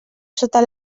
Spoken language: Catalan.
sota